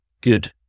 good